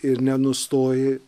ir nenustoji